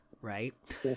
right